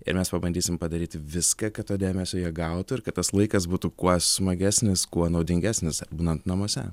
ir mes pabandysim padaryti viską kad to dėmesio jie gautų ir kad tas laikas būtų kuo smagesnis kuo naudingesnis būnant namuose